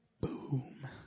Boom